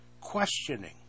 questioning